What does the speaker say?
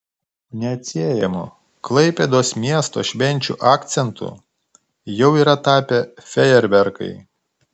neatsiejamu klaipėdos miesto švenčių akcentu jau yra tapę fejerverkai